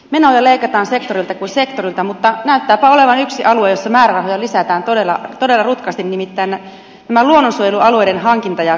menoja leikataan sektorilta kuin sektorilta mutta näyttääpä olevan yksi alue jossa määrärahoja lisätään todella rutkasti nimittäin nämä luonnonsuojelualueiden hankinta ja korvausmenot